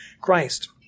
Christ